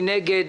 מי נגד?